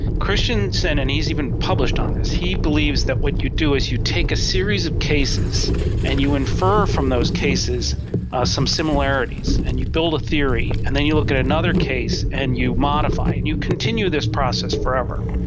christensen, and he has even published on this, he believes that what you do is you take a series of cases and you infer from those cases some similarities and you build a theory and then you look at another case and you modify and you continue this process forever.